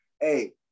Hey